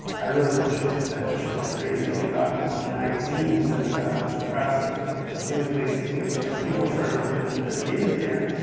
i really pushed it. i pushed it like crazy, and it got in a bunch of magazines. and i got a bunch of press, and it was basically like, people were starting to look at independent games again.